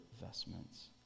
vestments